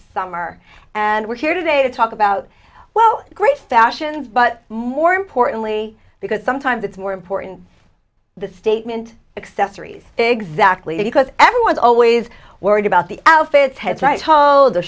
summer and we're here today to talk about well great fashion but more importantly because sometimes it's more important that statement accessories exactly because everyone's always worried about the